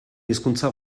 hizkuntza